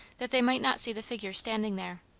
that they might not see the figure standing there.